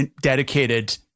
dedicated